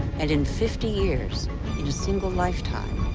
and in fifty years, in a single lifetime,